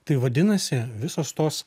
tai vadinasi visos tos